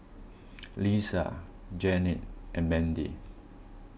Lesia Janeen and Mandy